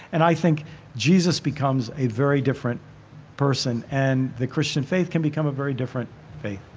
and i think jesus becomes a very different person and the christian faith can become a very different faith